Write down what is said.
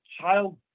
child